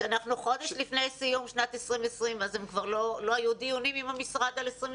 שאנחנו חודש לפני סיום שנת 2020. לא היו דיונים עם המשרד על 2021?